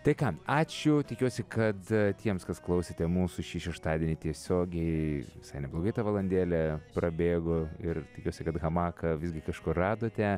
tai ką ačiū tikiuosi kad tiems kas klausėte mūsų šį šeštadienį tiesiogiai visai neblogai ta valandėlė prabėgo ir tikiuosi kad hamaką visgi kažkur radote